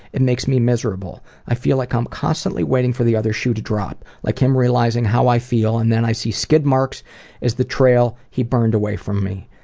it makes me miserable. i feel like i'm constantly waiting for the other shoe to drop, like i'm realising how i feel and then i see skidmarks as the trail he burned away from me,